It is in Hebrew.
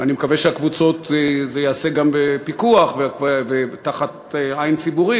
ואני מקווה שזה ייעשה גם בפיקוח ותחת עין ציבורית,